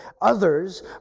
others